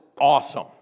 awesome